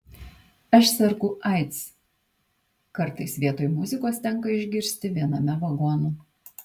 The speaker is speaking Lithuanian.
aš sergu aids kartais vietoj muzikos tenka išgirsti viename vagonų